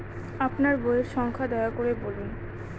আপনার বইয়ের সংখ্যা দয়া করে বলুন?